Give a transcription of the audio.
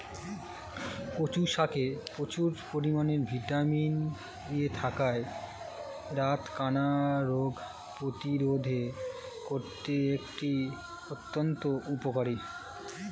কচু শাকে প্রচুর পরিমাণে ভিটামিন এ থাকায় রাতকানা রোগ প্রতিরোধে করতে এটি অত্যন্ত উপকারী